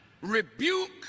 rebuke